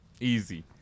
Easy